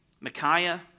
Micaiah